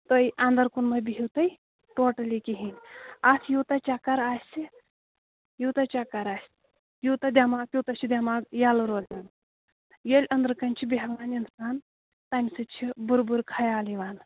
تُہۍ انٛدَر کُن مٔہ بِہِو تُہۍ ٹوٹلی کِہیٖنۍ اَتھ یوٗتاہ چَکَر آسہِ یوٗتاہ چَکَر آسہِ یوٗتاہ دٮ۪ماغ تیٛوٗتاہ چھُ دٮ۪ماغ یلہٕ روزان ییٚلہِ أنٛدرٕ کَنہِ چھُ بیٚہوان اِنسان تَمہِ سۭتۍ چھِ بُرٕ بُرٕ خیال یِوان